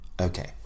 Okay